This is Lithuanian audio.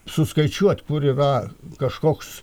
suskaičiuot kur yra kažkoks